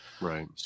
right